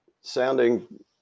sounding